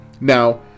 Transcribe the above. Now